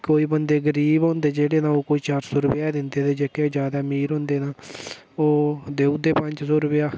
कोई कोई बंदे गरीब होंदे जेह्के तां ओह् कोई चार सौ रपेआ दिंदे ते जेह्के जादै मीर होंदे तां ओह् देई ओड़दे पंज सौ रपेआ